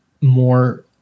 more